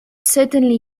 certainly